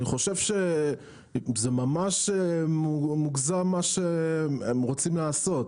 אני חושב שזה ממש מוגזם מה שהם רוצים לעשות.